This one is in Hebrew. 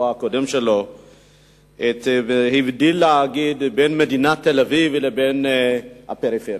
הקודם שלו והבדיל בין מדינת תל-אביב לבין הפריפריה.